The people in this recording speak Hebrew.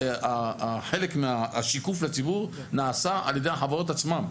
חלק מהשיקוף לציבור נעשה על ידי החברות עצמן.